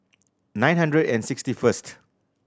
nine hundred and sixty first